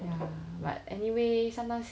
ya but anyway sometimes